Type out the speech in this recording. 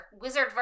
wizard